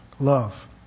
love